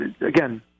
again